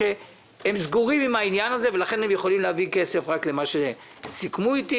שהם סגורים עם העניין הזה ולכן הם יכולים להביא כסף רק למה שסיכמו אתי,